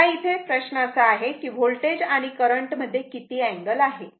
आता इथे प्रश्न असा आहे की वोल्टेज आणि करंट मध्ये किती अँगल आहे